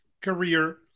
career